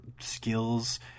skills